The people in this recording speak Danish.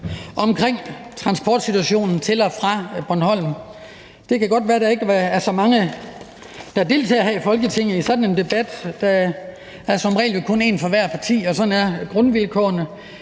omkring transportsituationen til og fra Bornholm. Det kan godt være, der ikke er så mange, der deltager i sådan en debat her i Folketinget. Der er jo som regel kun en fra hvert parti, og sådan er grundvilkårene.